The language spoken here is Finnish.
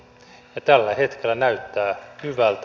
ja tällä hetkellä näyttää hyvältä